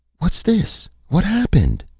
what's this? what happened?